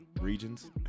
regions